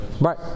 Right